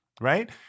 right